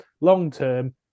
long-term